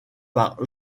par